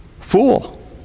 fool